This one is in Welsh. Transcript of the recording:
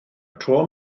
tro